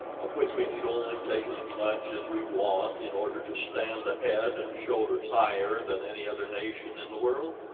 of which we need only take as much as we want in order to stand a head and shoulders higher than any other nation in the world?